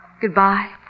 Goodbye